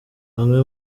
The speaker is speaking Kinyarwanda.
bamwe